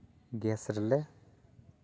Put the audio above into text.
gas ᱨᱮᱞᱮ